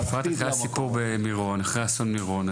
בפרט אחרי מה שהיה באסון מירון,